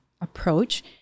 approach